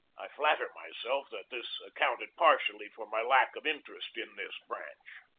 i flatter myself that this accounted partially for my lack of interest in this branch.